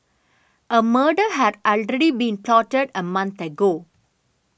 a murder had already been plotted a month ago